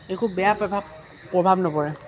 একো বেয়া প্ৰভাৱ নপৰে